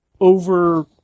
over